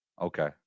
Okay